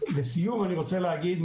לסיום אני רוצה להגיד.